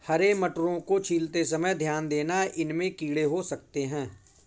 हरे मटरों को छीलते समय ध्यान देना, इनमें कीड़े हो सकते हैं